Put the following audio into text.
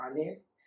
honest